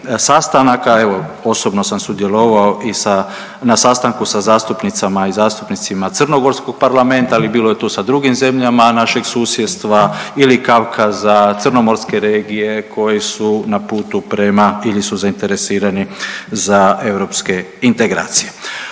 sastanaka, evo osobno sam sudjelovao i sa, na sastanku sa zastupnicama i zastupnicima Crnogorskog parlamenta, ali bilo je tu sa drugim zemljama našeg susjedstva ili Kavkaza, Crnomorske regije koji su na puta prema ili su zainteresirani za europske integracije.